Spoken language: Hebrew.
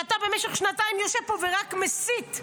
ואתה במשך שנתיים יושב פה ורק מסית,